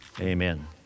Amen